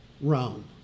Rome